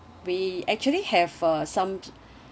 we actually have uh some